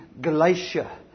Galatia